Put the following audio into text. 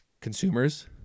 consumers